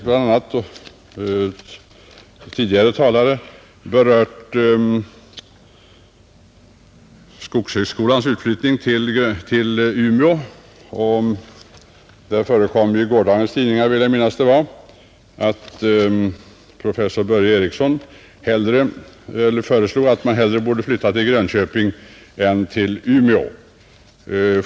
herr Hansson i Skegrie — har berört skogshögskolans utflyttning till Umeå. I gårdagens tidningar, vill jag minnas, föreslog professor Börje Ericson att man hellre borde flytta till Grönköping än till Umeå.